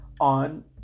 on